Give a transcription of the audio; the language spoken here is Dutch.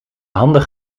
handig